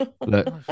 Look